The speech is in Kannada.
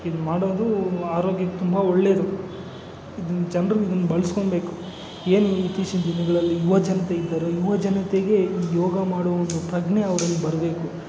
ಇದು ಮಾಡೋದು ಆರೋಗ್ಯಕ್ಕೆ ತುಂಬ ಒಳ್ಳೇದು ಇದನ್ನ ಜನರು ಬಳಸ್ಕೋಬೇಕು ಏನೂ ಇತ್ತೀಚಿನ ದಿನಗಳಲ್ಲಿ ಯುವ ಜನತೆ ಇದ್ದಾರೊ ಯುವ ಜನತೆಗೆ ಯೋಗ ಮಾಡುವ ಒಂದು ಪ್ರಜ್ಞೆ ಅವರಲ್ಲಿ ಬರಬೇಕು